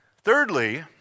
Thirdly